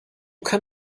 kann